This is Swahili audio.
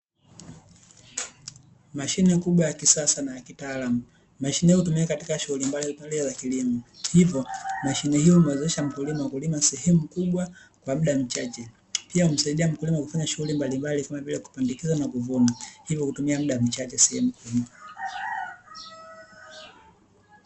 Mashine kubwa ya kisasa na ya kitaalamu. Mashine hiyo inatumika katika shughuli mbalimbali za kilimo. Hivyo mashine hiyo humuwezesha mkulima kulima sehemu kubwa kwa muda mchache. Pia humsaidia mkulima kufanya shughuli mbalimbali kama vile kupandikiza na kuvuna. Hivyo hutumia muda mchache sehemu kubwa.